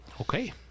Okay